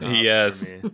Yes